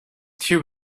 too